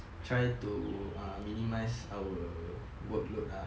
try to err minimise our workload lah